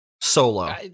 solo